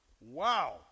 Wow